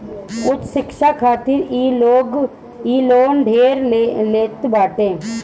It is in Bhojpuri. उच्च शिक्षा खातिर इ लोन ढेर लेत बाटे